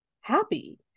happy